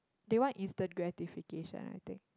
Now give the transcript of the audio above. they want is the gratification I think